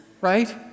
right